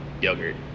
yogurt